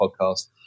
podcast